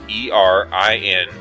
E-R-I-N